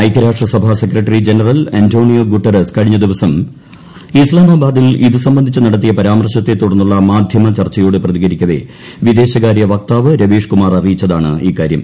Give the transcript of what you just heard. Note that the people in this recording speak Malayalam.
ഐക്യരാഷ്ട്രസഭാ സെക്രട്ടറി ജനറൽ അന്റോണിയോ ഗുട്ടറസ് കഴിഞ്ഞദിവസം ഇസ്ലാമാബാദിൽ ഇതു സംബന്ധിച്ച് നടത്തിയ പരാമർശത്തെ തുടർന്നുള്ള മാധ്യമ ചർച്ചയോട് പ്രതികരിക്കവേ വിദേശകാര്യ വക്താവ് രവീഷ്കുമാർ അറിയിച്ചതാണ് ഇക്കാര്യം